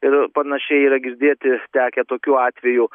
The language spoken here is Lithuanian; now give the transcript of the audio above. ir panašiai yra girdėti tekę tokių atvejų